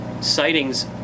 sightings